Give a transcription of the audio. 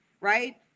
right